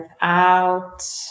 out